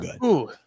good